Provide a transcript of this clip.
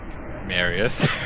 Marius